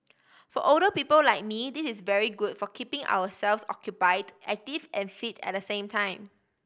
for older people like me this is very good for keeping ourselves occupied active and fit at the same time